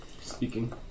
speaking